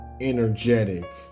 energetic